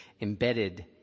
embedded